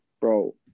bro